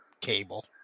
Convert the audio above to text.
Cable